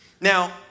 Now